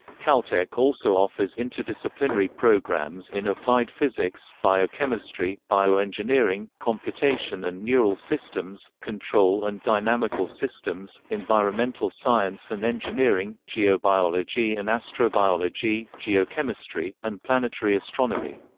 caltech also offers interdisciplinary programs in applied physics, biochemistry, bioengineering, computation and neural systems, control and dynamical systems, environmental science and engineering, geobiology and astrobiology, geochemistry, and planetary astronomy.